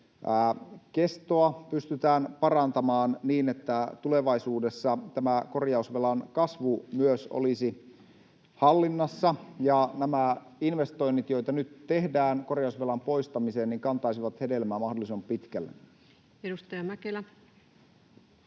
kestoa pystytään parantamaan niin, että tulevaisuudessa myös tämä korjausvelan kasvu olisi hallinnassa ja nämä investoinnit, joita nyt tehdään korjausvelan poistamiseen, kantaisivat hedelmää mahdollisimman pitkälle. [Speech